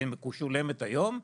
שמשולמת היום,